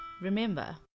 remember